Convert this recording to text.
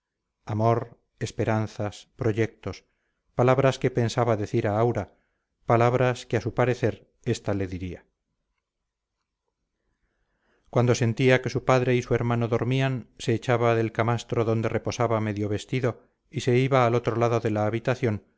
amor esperanzas proyectos palabras que pensaba decir a aura palabras que a su parecer esta le diría cuando sentía que su padre y su hermano dormían se echaba del camastro donde reposaba medio vestido y se iba al otro lado de la habitación